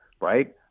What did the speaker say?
right